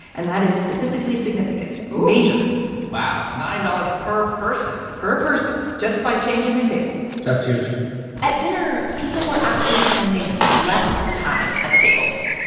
and that is statistically significant. it's major wow nine dollars per person per person, just by changing the table that's huge at dinner, people were actually spending less time at the tables.